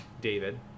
david